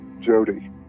Jody